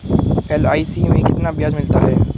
LIC में कितना ब्याज मिलता है?